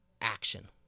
action